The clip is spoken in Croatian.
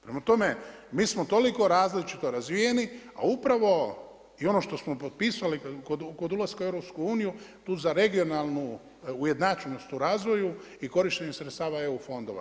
Prema tome, mi smo toliko različito razvijeni a upravo i ono što smo potpisali kod ulaska u EU tu za regionalnu ujednačenost u razvoju i korištenje sredstava EU fondova.